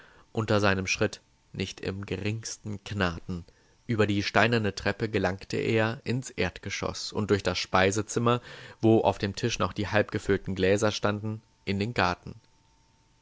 unter seinem schritt nicht im geringsten knarrten über die steinerne treppe gelangte er ins erdgeschoß und durch das speisezimmer wo auf dem tisch noch die halbgefüllten gläser standen in den garten